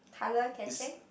colour catching